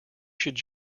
should